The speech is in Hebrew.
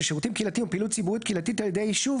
שירותים קהילתיים ופעילות ציבורית קהילתית על ידי היישוב